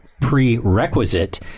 prerequisite